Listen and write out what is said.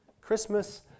Christmas